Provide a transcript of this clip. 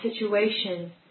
situation